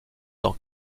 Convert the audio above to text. dans